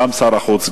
גם שר החוץ,